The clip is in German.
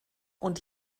und